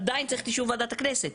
עדיין צריך את אישור ועדת הכנסת?